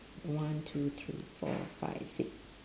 one two three four five six